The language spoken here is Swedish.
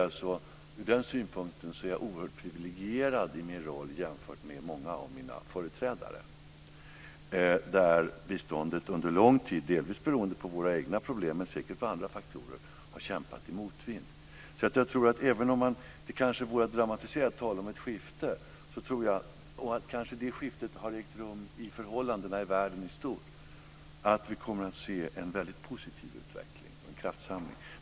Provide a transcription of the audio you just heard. Ur den synpunkten är jag oerhört privilegierad i min roll jämfört med många av mina företrädare. Biståendet har under lång tid, delvis beroende på våra egna problem men säkert också på andra faktorer, kämpat i motvind. Även om det är att dramatisera att tala om ett skifte - jag tror i så fall att det skiftet har ägt rum vad gäller förhållandena i världen i stort - tror jag att vi kommer att se en väldigt positiv utveckling och en kraftsamling.